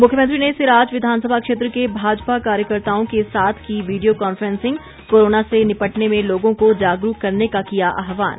मुख्यमंत्री ने सिराज विधानसभा क्षेत्र के भाजपा कार्यकर्ताओं के साथ की वीडियो कांफ्रेंसिंग कोरोना से निपटने में लोगों को जागरूक करने का किया आहवान